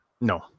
No